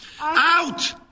Out